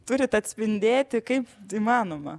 turit atspindėti kaip įmanoma